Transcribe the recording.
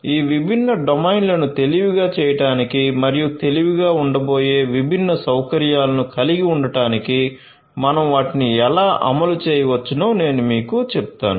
ఈ విభిన్న డొమైన్లను తెలివిగా చేయడానికి మరియు తెలివిగా ఉండబోయే విభిన్న సౌకర్యాలను కలిగి ఉండటానికి మనం వాటిని ఎలా అమలు చేయవచ్చో మీకు చెప్తాను